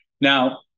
Now